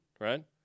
right